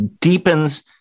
deepens